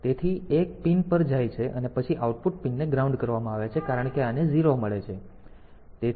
તેથી 1 પિન પર જાય છે અને પછી આઉટપુટ પિનને ગ્રાઉન્ડ કરવામાં આવે છે કારણ કે આને 0 મળે છે તેથી આ 1 છે